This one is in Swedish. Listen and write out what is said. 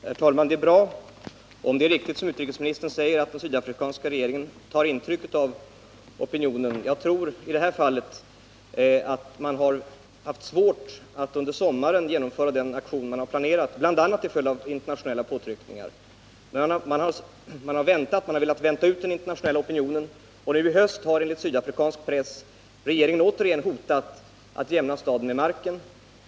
Herr talman! Det är bra om det förhåller sig som utrikesministern säger, att den sydafrikanska regeringen tar intryck av opinionen. Det är möjligt att regeringen i det här fallet haft svårt att under sommaren genomföra den aktion man planerat, bl.a. till följd av internationella påtryckningar. Regeringen har velat vänta ut den internationella opinionen men har nu i höst enligt sydafrikansk press återigen hotat att jämna staden med marken.